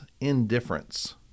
indifference